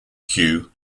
hugh